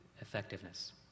effectiveness